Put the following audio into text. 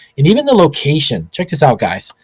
and even the location, check this out, guys.